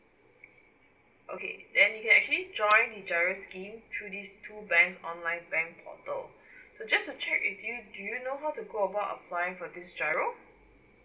okay then you can actually join the GIRO scheme through these two banks' online bank portal so just to check with you do you know how to go about applying for this GIRO